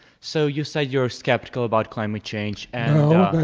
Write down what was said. so you said you were skeptical about climate change and